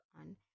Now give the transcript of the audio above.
on